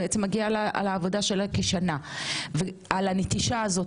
מגיע לה על העבודה שלה כשנה על הנטישה הזאת.